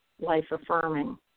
life-affirming